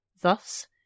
Thus